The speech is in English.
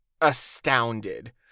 astounded